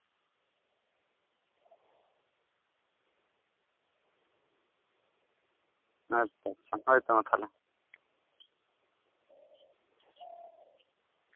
ᱟᱪᱪᱷᱟ ᱪᱷᱟ ᱦᱳᱭᱛᱚ ᱢᱟ ᱛᱟᱦᱞᱮ